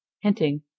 hinting